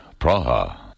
Praha